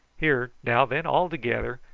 here, now then, all together.